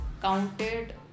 counted